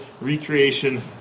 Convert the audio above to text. recreation